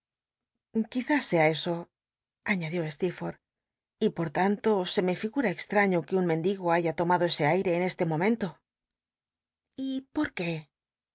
quiztis sea eso aiiadió slcerfort y por tanto se me figura extraño que un mendigo haya tomado ese ai c en este momento y lo qué por qué